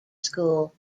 school